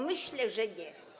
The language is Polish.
Myślę, że nie.